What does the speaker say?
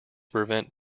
prevent